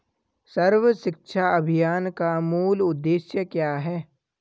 सर्व शिक्षा अभियान का मूल उद्देश्य क्या है?